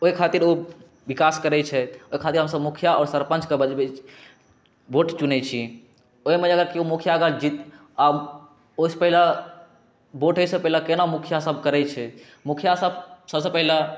ओइ खातिर ओ विकास करै छथि ओइ खातिर हमसब मुखिया आोर सरपञ्चके बजबै छी वोट चुनै छी ओइमे जे अगर केओ मुखिया जीत अगर आब ओइसँ पहिले वोट होइसँ पहिले केना मुखिया सब करै छै मुखिया सब सबसँ पहिले